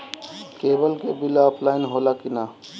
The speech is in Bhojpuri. केबल के बिल ऑफलाइन होला कि ना?